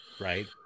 right